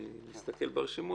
אני מסתכל ברשימות,